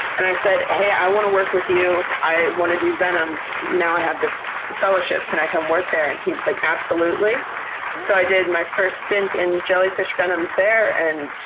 and i said, hey, i want to work with you, i want to do venom. now i have this fellowship. can i come work there? and he's like, absolutely! so i did my first stint in jellyfish venoms there and,